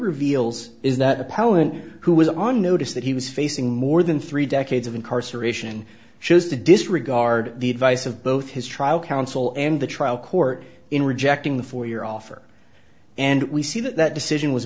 reveals is that appellant who was on notice that he was facing more than three decades of incarceration chose to disregard the advice of both his trial counsel and the trial court in rejecting the four your offer and we see that that decision was